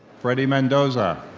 fredy mendoza.